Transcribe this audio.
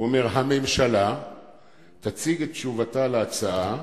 הוא אומר: "הממשלה תציג את תשובתה להצעה,